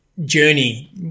journey